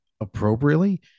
appropriately